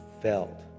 felt